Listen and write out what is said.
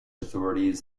authorities